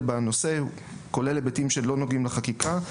בנושא כולל היבטים שלא נוגעים בחקיקה,